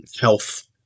health